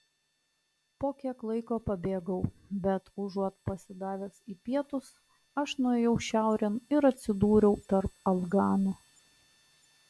po kiek laiko pabėgau bet užuot pasidavęs į pietus aš nuėjau šiaurėn ir atsidūriau tarp afganų